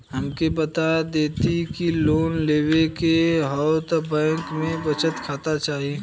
हमके बता देती की लोन लेवे के हव त बैंक में बचत खाता चाही?